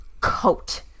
coat